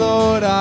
Lord